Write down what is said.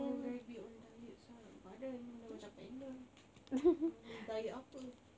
why would I be on diet sia badan dah macam panda diet apa